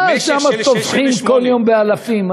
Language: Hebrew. מה, שם טובחים כל יום באלפים.